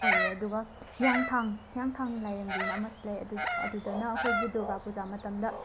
ꯑꯣꯏꯌꯦ ꯑꯗꯨꯒ ꯍꯤꯌꯥꯡꯊꯥꯡ ꯍꯤꯌꯥꯡꯊꯥꯡ ꯂꯥꯏꯔꯦꯝꯕꯤꯅ ꯑꯃꯁꯨ ꯂꯩꯌꯦ ꯑꯗꯨꯗꯨ ꯑꯗꯨꯗꯅ ꯑꯩꯈꯣꯏꯒꯤ ꯗꯨꯔꯒꯥ ꯄꯨꯖꯥ ꯃꯇꯝꯗ